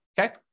okay